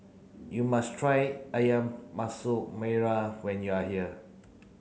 you must try Ayam Masak Merah when you are here